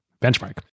benchmark